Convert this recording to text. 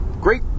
Great